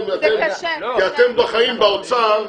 באוצר,